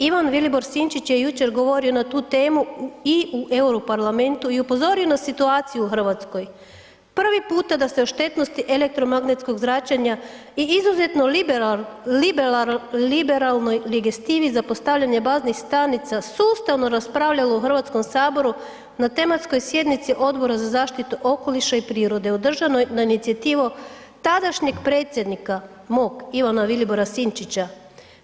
Ivan Vilibor Sinčić je jučer govorio na tu temu i u EU parlamentu i upozorio na situaciju u Hrvatskoj, prvi puta da se o štetnosti elektromagnetskog zračenja i izuzetno liberalnoj ... za postavljanje baznih stanica sustavno raspravljalo u Hrvatskom saboru, na tematskoj sjednici Odbora za zaštitu okoliša i prirode održanoj na inicijativu tadašnjeg predsjednika mog Ivana Vilibora Sinčića,